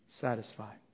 satisfied